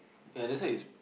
ya that's why it's